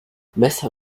messer